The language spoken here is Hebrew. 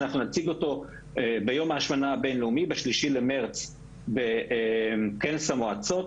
שאנחנו נציג אותו ביום ההשמנה הבין-לאומי ב-3 במרץ בכנס המועצות,